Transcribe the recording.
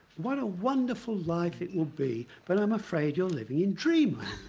what a wonderful life it would be. but i'm afraid you're living in dreamland.